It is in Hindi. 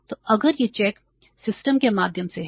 तो अगर यह चेक सिस्टम के माध्यम से है